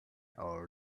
all